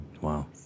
Wow